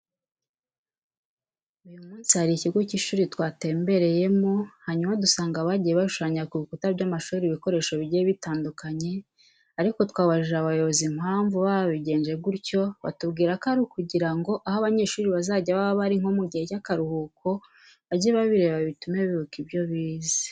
Uyu munsi hari ikigo cy'ishuri twatembereyemo, hanyuma dusanga bagiye bashushanya ku bikuta by'amashuri ibikorsesho bigiye bitandukanye ariko twabajije abayobozi impamvu baba babigenje gutyo, batubwira ko ari ukugira ngo aho abanyeshuri bazajya baba bari nko mu gihe cy'akaruhuko, bajye babirebaho bitume bibuka ibyo bize.